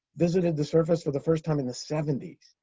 visited the surface for the first time in the seventy